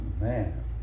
man